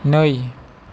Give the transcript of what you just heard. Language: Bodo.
नै